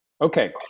Okay